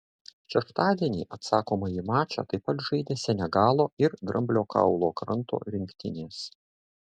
šeštadienį atsakomąjį mačą taip pat žaidė senegalo ir dramblio kaulo kranto rinktinės